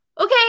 okay